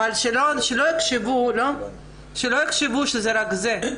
אבל שלא יחשבו שזה רק זה.